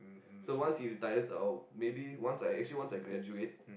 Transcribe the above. so once he retires I'll maybe once I actually once I graduate